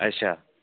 अच्छा